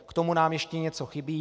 K tomu nám ještě něco chybí.